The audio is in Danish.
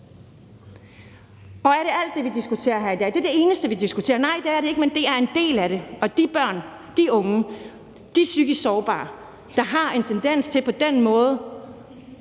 Er det alt det, vi diskuterer her i dag, er det det eneste, vi diskuterer? Nej, det er det ikke, men det er en del af det. Og de børn, de unge, de psykisk sårbare, der har en tendens til på den måde